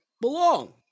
belong